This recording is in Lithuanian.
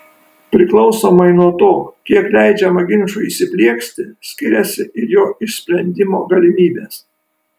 priklausomai nuo to kiek leidžiama ginčui įsiplieksti skiriasi ir jo išsprendimo galimybės